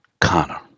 Connor